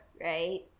right